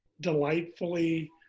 delightfully